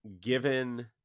given